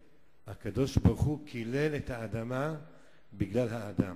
הקדוש-ברוך-הוא קילל את האדמה בגלל האדם: